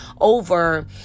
over